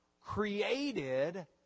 created